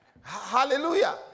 Hallelujah